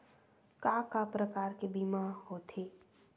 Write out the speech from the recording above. का का प्रकार के बीमा होथे?